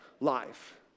life